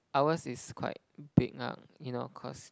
ours is quite big lah you know cause